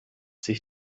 sich